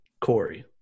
Corey